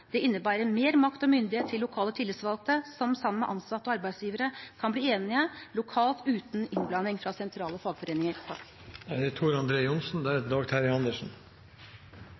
Det innebærer mer makt og myndighet til lokale tillitsvalgte, som sammen med ansatte og arbeidsgivere kan bli enige lokalt, uten innblanding fra sentrale fagforeninger.